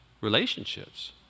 relationships